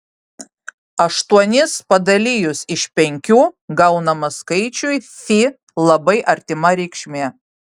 aštuonis padalijus iš penkių gaunama skaičiui fi labai artima reikšmė